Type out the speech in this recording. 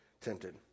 tempted